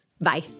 Bye